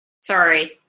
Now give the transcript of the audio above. Sorry